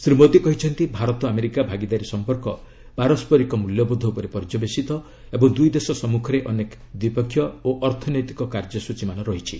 ଶ୍ରୀ ମୋଦି କହିଛନ୍ତି ଭାରତ ଆମେରିକା ଭାଗିଦାରୀ ସମ୍ପର୍କ ପାରସ୍କରିକ ମୂଲ୍ୟବୋଧ ଉପରେ ପର୍ଯ୍ୟବସିତ ଏବଂ ଦୁଇ ଦେଶ ସମ୍ମୁଖରେ ଅନେକ ଦ୍ୱିପକ୍ଷୀୟ ଓ ଅର୍ଥନୈତିକ କାର୍ଯ୍ୟସ୍ଟଚୀ ରହିଛି